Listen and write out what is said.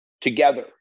together